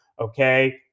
Okay